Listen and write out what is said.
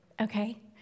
okay